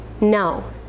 No